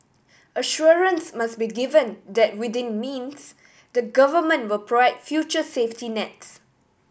assurance must be given that within means the Government will provide future safety nets